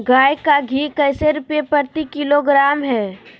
गाय का घी कैसे रुपए प्रति किलोग्राम है?